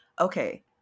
Okay